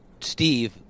Steve